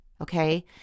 okay